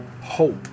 hope